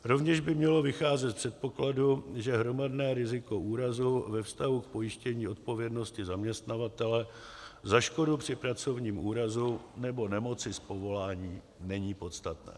Rovněž by mělo vycházet z předpokladu, že hromadné riziko úrazů ve vztahu k pojištění odpovědnosti zaměstnavatele za škodu při pracovním úrazu nebo nemoci z povolání není podstatné.